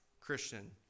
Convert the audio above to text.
Christian